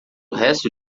resto